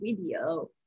video